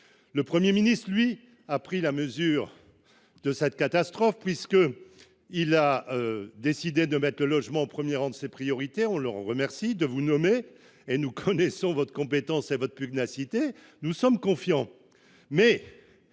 Le Premier ministre a pris la mesure de cette catastrophe, puisqu’il a décidé de mettre le logement au premier rang de ses priorités. Nous le remercions de vous avoir nommée, madame la ministre ; nous connaissons votre compétence et votre pugnacité : nous sommes confiants.